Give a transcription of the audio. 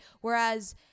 Whereas